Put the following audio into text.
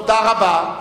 תודה רבה,